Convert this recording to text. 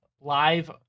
live